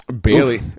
Bailey